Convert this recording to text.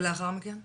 ולאחר מכן?